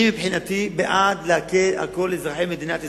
אני מבחינתי בעד להקל על כל אזרחי מדינת ישראל,